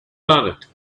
planet